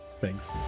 Thanks